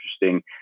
interesting